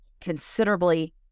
considerably